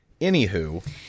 Anywho